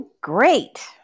great